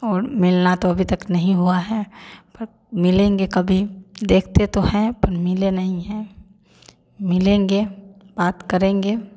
और मिलना तो अभी तक नहीं हुआ है पर मिलेंगे कभी देखते तो हैं पर मिले नहीं है मिलेंगे बात करेंगे